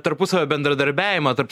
tarpusavio bendradarbiavimą tarp